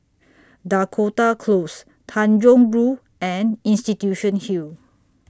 Dakota Close Tanjong Rhu and Institution Hill